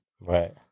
Right